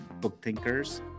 BookThinkers